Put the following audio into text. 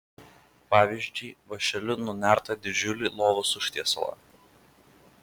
pavyzdžiui vąšeliu nunertą didžiulį lovos užtiesalą